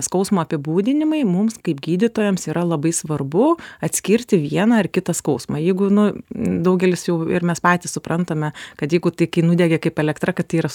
skausmo apibūdinimai mums kaip gydytojams yra labai svarbu atskirti vieną ar kitą skausmą jeigu nu daugelis jau ir mes patys suprantame kad jeigu tai kai nudegė kaip elektra kad tai yra